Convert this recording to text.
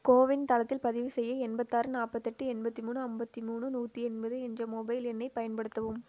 CoWIN தளத்தில் பதிவு செய்ய எண்பத்தாறு நாற்பத்தெட்டு எண்பத்து மூணு ஐம்பத்தி மூணு நூற்றி எண்பது என்ற மொபைல் எண்ணைப் பயன்படுத்தவும்